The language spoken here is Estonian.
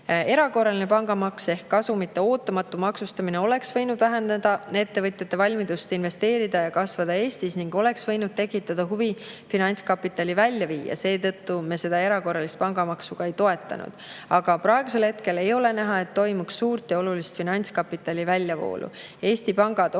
Erakorraline pangamaks ehk kasumite ootamatu maksustamine oleks võinud vähendada ettevõtjate valmidust investeerida ja kasvada Eestis ning oleks võinud tekitada huvi finantskapitali välja viia. Seetõttu me seda erakorralist pangamaksu ka ei toetanud. Aga praegusel hetkel ei ole näha, et toimuks suurt ja olulist finantskapitali väljavoolu. Eesti pangad on